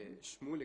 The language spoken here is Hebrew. שמוליק,